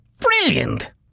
brilliant